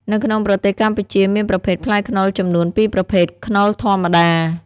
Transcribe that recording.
នៅក្នុងប្រទេសកម្ពុជាមានប្រភេទផ្លែខ្នុរចំនួន ពីរប្រភេទ ខ្នុរធម្មតា ។